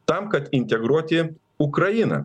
tam kad integruoti ukrainą